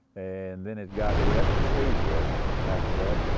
and then it got wet and stayed wet after that. ah,